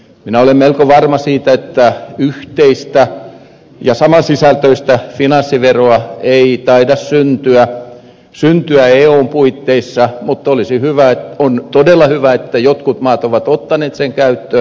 minä olen melko varma siitä että yhteistä ja samansisältöistä finanssiveroa ei taida syntyä eun puitteissa mutta on todella hyvä että jotkut maat ovat ottaneet sen käyttöön